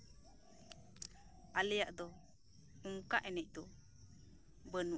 ᱟᱨ ᱟᱞᱮᱭᱟᱜ ᱫᱚ ᱚᱱᱠᱟ ᱮᱱᱮᱡ ᱫᱚ ᱵᱟᱹᱱᱩᱜᱼᱟ